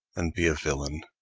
and be a villain.